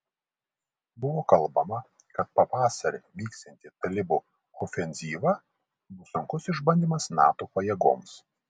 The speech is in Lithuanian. buvo kalbama kad pavasarį vyksianti talibų ofenzyva bus sunkus išbandymas nato pajėgoms